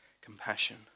Compassion